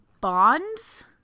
bonds